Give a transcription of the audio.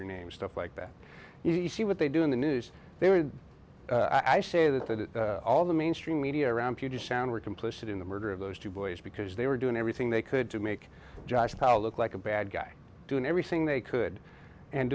her name stuff like that you see what they do in the news they would i say that that all the mainstream media around puget sound were complicit in the murder of those two boys because they were doing everything they could to make josh powell look like a bad guy doing everything they could and